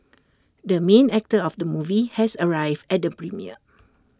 the main actor of the movie has arrived at the premiere